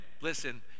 listen